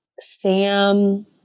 Sam